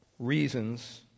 reasons